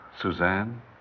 Suzanne